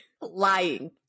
lying